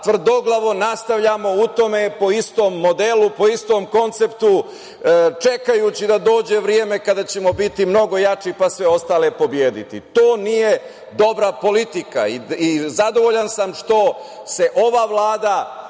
tvrdoglavo nastavljamo u tome po istom modelu, po istom konceptu čekajući da dođe vreme kada ćemo biti mnogo jači pa sve ostale pobediti. To nije dobra politika. Zadovoljan sam što se ova Vlada